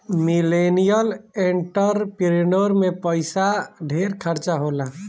millennial entrepreneur में पइसा ढेर खर्चा होला